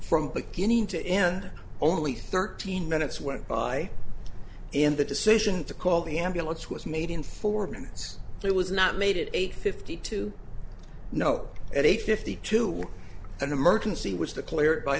from beginning to end only thirteen minutes went by in the decision to call the ambulance was made in four minutes it was not made it eight fifty two no at eight fifty two was an emergency was declared by